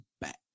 Back